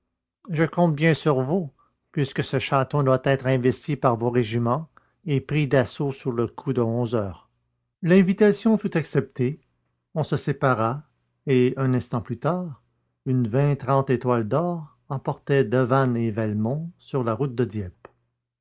je compte bien sur vous puisque ce château doit être investi par vos régiments et pris d'assaut sur le coup de onze heures l'invitation fut acceptée on se sépara et un instant plus tard une étoile d'or emportait devanne et velmont sur la route de dieppe